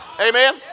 amen